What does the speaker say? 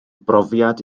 brofiad